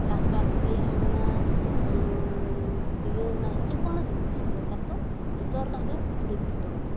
ᱪᱟᱥᱵᱟᱥ ᱨᱮᱭᱟᱜᱼᱮᱢ ᱢᱮᱱᱟ ᱤᱭᱟᱹ ᱨᱮᱱᱟᱜ ᱡᱮᱠᱳᱱᱳ ᱡᱤᱱᱤᱥ ᱱᱮᱛᱟᱨᱫᱚ ᱡᱚᱛᱚ ᱨᱮᱱᱟᱜ ᱜᱮ ᱯᱚᱨᱤᱵᱚᱨᱛᱚᱱ ᱟᱠᱟᱱᱟ